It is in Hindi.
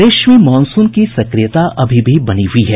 प्रदेश में मॉनसून की सक्रियता अभी भी बनी हुई है